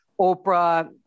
Oprah